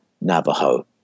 Navajo